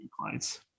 clients